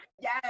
Yes